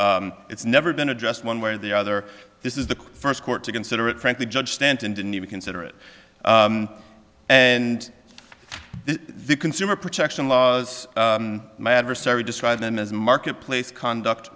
it's never been addressed one way or the other this is the first court to consider it frankly judge stanton didn't even consider it and the consumer protection laws my adversary described them as marketplace conduct